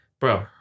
bro